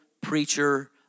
preacher